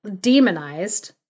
demonized